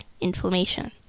inflammation